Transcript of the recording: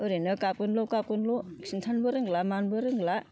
ओरैनो गाबगोनल' गाबगोनल' खिन्थानोबो रोंला मानोबो रोंला